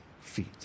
feet